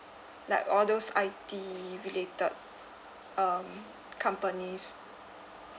like all those I_T related um companies